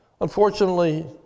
Unfortunately